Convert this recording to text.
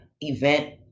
event